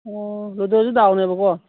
ꯑꯣ ꯂꯨꯗꯣꯁꯨ ꯗꯥꯎꯅꯦꯕꯀꯣ